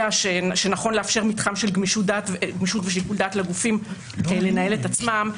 שנכון לאפשר מתחם של גמישות ושיקול דעת לגופים כדי לנהל את עצמם.